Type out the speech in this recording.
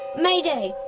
Mayday